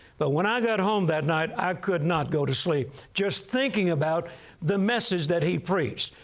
but when i got home that night, i could not go to sleep just thinking about the message that he preached.